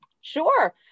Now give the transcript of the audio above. Sure